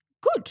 Good